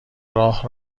راه